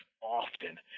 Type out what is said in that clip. often